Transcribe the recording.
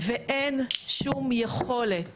ואין שום יכולת